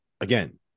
again